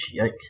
Yikes